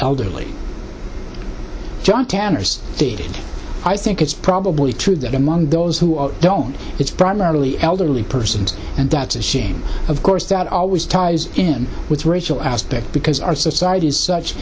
elderly john tanner's stated i think it's probably true that among those who don't it's primarily elderly persons and that's a shame of course that always ties in with racial aspect because our society is such